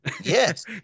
Yes